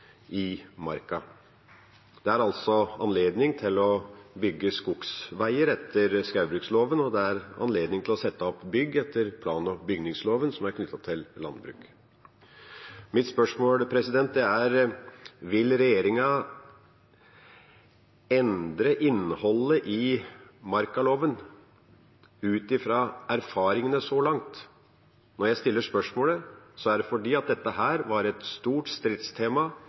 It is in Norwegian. i Marka. Det er altså anledning til å bygge skogsveier etter skogbruksloven, og det er anledning til, etter plan- og bygningsloven, å sette opp bygg som er knyttet til landbruk. Mitt spørsmål er: Vil regjeringa endre innholdet i markaloven ut fra erfaringene så langt? Når jeg stiller spørsmålet, er det fordi dette var et stort stridstema